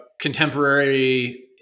contemporary